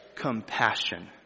compassion